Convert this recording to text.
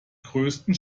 größten